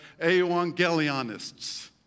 Evangelionists